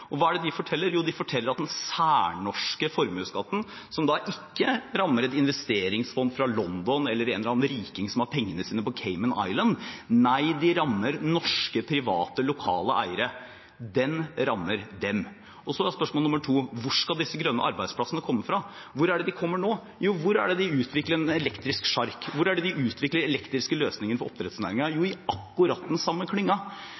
Og hva er det de forteller? Jo, de forteller at den særnorske formuesskatten ikke rammer et investeringsfond fra London eller en eller annen riking som har pengene sine på Cayman Islands, nei, den rammer norske private, lokale eiere. Den rammer dem. Så er spørsmål nr. 2: Hvor skal disse grønne arbeidsplassene komme fra? Hvor er det de kommer nå? Hvor er det de utvikler en elektrisk sjark? Hvor er det de utvikler elektriske løsninger for oppdrettsnæringen? Jo, i akkurat den samme